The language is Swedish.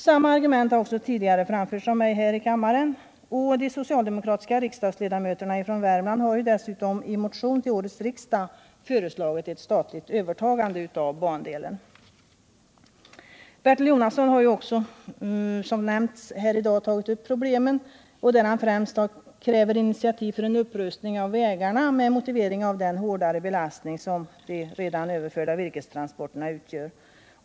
Samma argument har också tidigare framförts av mig här i kammaren. De socialdemokratiska riksdagsledamöterna från Värmland har dessutom i motion till årets riksdag föreslagit ett statligt övertagande av bandelen. Bertil Jonasson har också här i dag tagit upp problemen och främst krävt initiativ för en upprustning av vägarna mot bakgrund av den hårdare belastning som de redan överförda virkestransporterna medför.